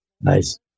Nice